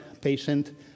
patient